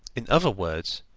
in other words,